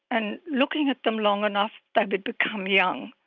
and looking at them long enough, they would become young.